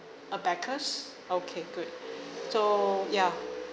abacus okay good so ya